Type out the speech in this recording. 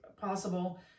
possible